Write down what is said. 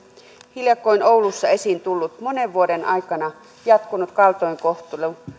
hiljakkoin oulussa esiin tullut monen vuoden aikana jatkunut kaltoinkohtelu